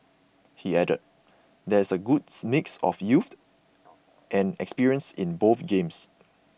he added there is a good mix of youth and experience in both games